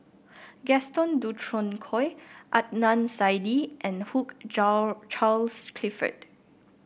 Gaston Dutronquoy Adnan Saidi and Hugh Charles Clifford